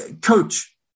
coach